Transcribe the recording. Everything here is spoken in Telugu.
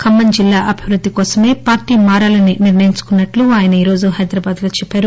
ఖమ్మం జిల్లా అభివృద్ది కోసమే పార్టీ మారాలని నిర్ణయించుకున్నట్లు ఆయన ఈ రోజు హైదరాబాద్లో చెప్పారు